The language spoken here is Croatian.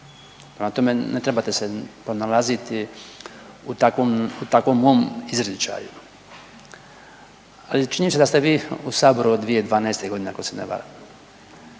tome, ne trebate se nalaziti u takvom mom izričaju. Ali činjenica je da ste vi u Saboru od 2012. godine. ako se ne varam.